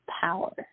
power